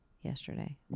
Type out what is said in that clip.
yesterday